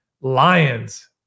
Lions